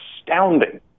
astounding